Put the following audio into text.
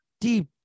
deep